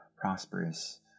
prosperous